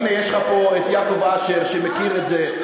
הנה, יש לך פה יעקב אשר, שמכיר את זה.